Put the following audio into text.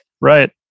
Right